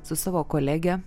su savo kolege